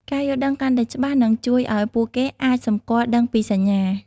ការយល់ដឹងកាន់តែច្បាស់នឹងជួយឲ្យពួកគេអាចសម្គាល់ដឹងពីសញ្ញា។